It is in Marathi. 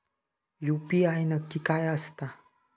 यू.पी.आय नक्की काय आसता?